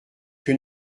que